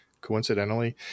coincidentally